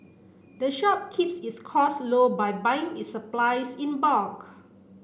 the shop keeps its costs low by buying its supplies in bulk